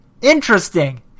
Interesting